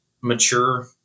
mature